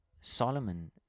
Solomon